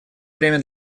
время